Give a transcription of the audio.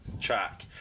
track